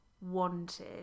wanted